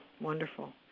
Wonderful